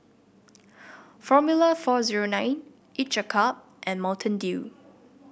Formula four zero nine each a cup and Mountain Dew